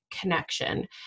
connection